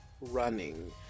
running